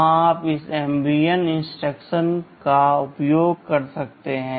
वहाँ आप इस MVN इंस्ट्रक्शन का उपयोग कर सकते हैं